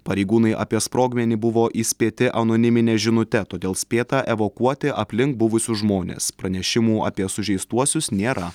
pareigūnai apie sprogmenį buvo įspėti anonimine žinute todėl spėta evakuoti aplink buvusius žmones pranešimų apie sužeistuosius nėra